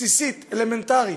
בסיסית, אלמנטרית: